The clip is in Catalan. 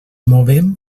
movem